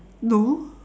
no